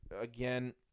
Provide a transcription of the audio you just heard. again